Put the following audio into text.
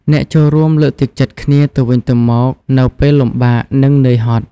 អ្នកចូលរួមលើកទឹកចិត្តគ្នាទៅវិញទៅមកនៅពេលលំបាក និងនឿយហត់។